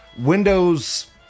Windows